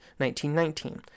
1919